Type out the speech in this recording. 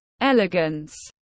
elegance